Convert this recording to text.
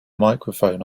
microphone